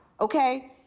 Okay